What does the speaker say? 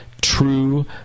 true